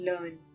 learn